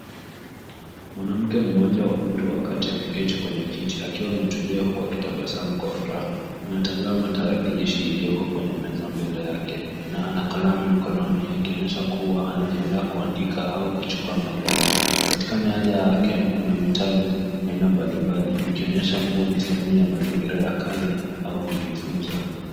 Mwanamke mmoja wa umri wa kati ameketi kwenye kiti akiwa ametulia huku ametabasamu kwa furaha, anatasama tarakilishi ilioko kwenye meza mbele yake na ana kalamu mkononi akionyesha kuwa anajiaanda kuandika au kujukuwa maelezo. Katika meza yake kuna vitabu aina mbali mbali vikionyesha kuwa ni sehemu ya mazingira ya kazi au kujifunza.